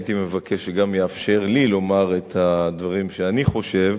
הייתי מבקש שגם יאפשר לי לומר את הדברים שאני חושב,